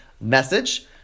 message